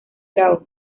grau